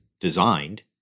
designed